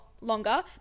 longer